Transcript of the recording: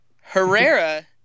Herrera